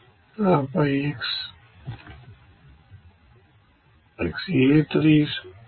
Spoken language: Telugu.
ఆపై xA3 0